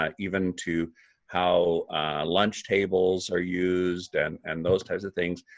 um even to how lunch tables are used and and those types of things,